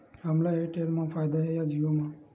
हमला एयरटेल मा फ़ायदा हे या जिओ मा?